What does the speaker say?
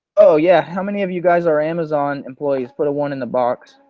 oh yeah, how many of you guys are amazon employees? put a one in the box.